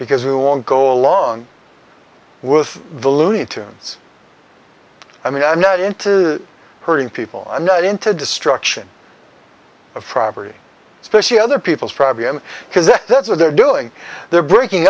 because we won't go along with the loony tunes i mean i'm not into hurting people i'm not into destruction of property especially other people's private m because that's what they're doing they're breaking